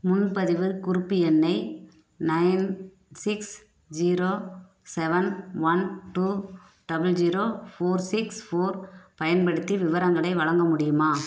முன்பதிவு குறிப்பு எண்ணை nine six zero seven one two double zero four six four பயன்படுத்தி விவரங்களை வழங்க முடியுமா